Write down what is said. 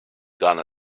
done